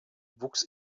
wuchs